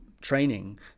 training